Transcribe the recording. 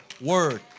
word